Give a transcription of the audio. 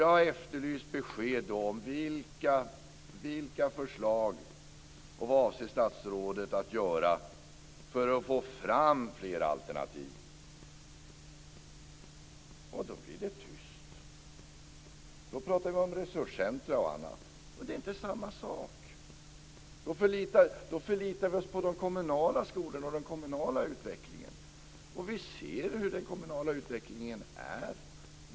Jag har efterlyst besked om vilka förslag statsrådet har och vad hon avser att göra för att få fram fler alternativ. Då blir det tyst. Då pratar vi i stället om resurscenter och annat. Det är inte samma sak. Vi får då förlita oss på de kommunala skolorna och den kommunala utvecklingen. Vi vet hur den kommunala utvecklingen ser ut.